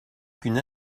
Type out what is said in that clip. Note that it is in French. qu’une